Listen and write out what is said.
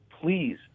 please